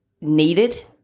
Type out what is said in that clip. needed